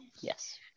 Yes